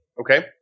Okay